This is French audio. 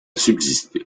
subsisté